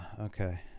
Okay